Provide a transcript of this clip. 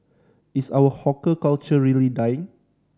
is our hawker culture really dying